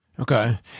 Okay